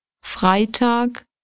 Freitag